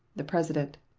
the president.